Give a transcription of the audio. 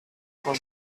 von